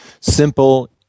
simple